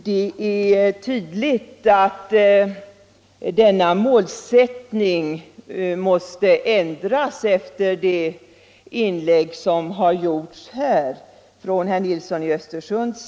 Det är tydligt att denna målsättning inte längre är aktuell efter de inlägg som har gjorts här av herr Nilsson i Östersund.